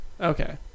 Okay